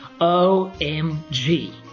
OMG